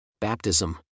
Baptism